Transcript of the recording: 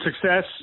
success